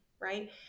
right